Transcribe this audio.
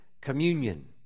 Communion